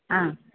ആ